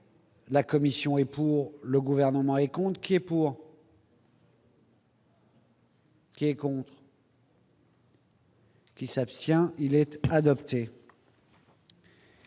La commission est pour le gouvernement et compte qui est pour. Qui est contre. Qui s'abstient, il était adopté.